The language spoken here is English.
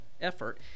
effort